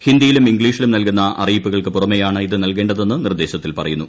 ഹിന്ദിയിലും ഇംഗ്ലീഷിലും നൽകുന്ന അറിയിപ്പുകൾക്കു പുറമേയാണ് ഇത് നൽകേണ്ടതെന്ന് നിർദ്ദേശത്തിൽ പറയുന്നു